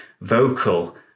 vocal